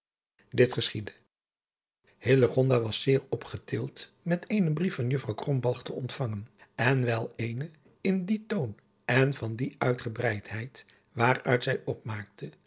dit geschiedde hillegonda was zeer opgetild met eenen brief van juffrouw krombalg te ontvangen en wel eenen in dien toon en van die uitgebreidheid waaruit zij opmaakte